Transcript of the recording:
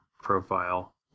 profile